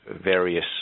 various